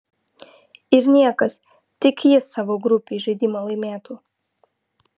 ir niekas tik jis savo grupėj žaidimą laimėtų